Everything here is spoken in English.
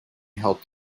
help